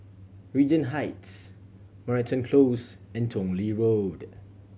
Regent Heights Moreton Close and Tong Lee Road